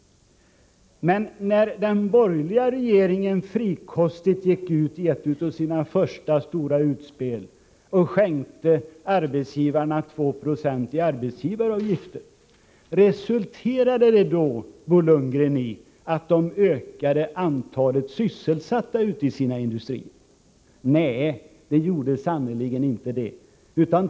Men när den borgerliga regeringen frikostigt gick ut i ett av sina första stora utspel och skänkte arbetsgivarna 296 i arbetsgivaravgifter, resulterade det då, Bo Lundgren, i ett ökat antal sysselsatta i industrin? Nej, det gjorde det sannerligen inte!